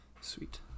Sweet